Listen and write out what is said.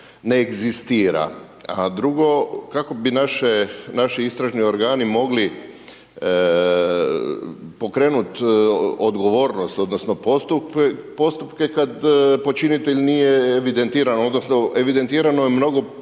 ne egzistira, a drugo kako bi naši istražni organi mogli pokrenut odgovornost odnosno postupke kad počinitelj nije evidentiran odnosno evidentirano je mnogo počinitelja,